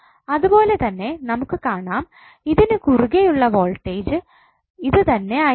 അതുപോലെ തന്നെ നമുക്ക് കാണാം ഇതിനു കുറുകെ ഉള്ള വോൾടേജ് ഇതുതന്നെ ആയിരിക്കും